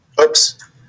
Oops